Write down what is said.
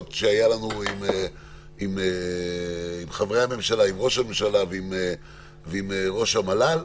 שהיו לנו עם ראש הממשלה ועם ראש המל"ל,